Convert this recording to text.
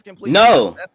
No